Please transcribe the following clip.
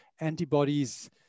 antibodies